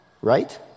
right